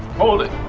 hold it!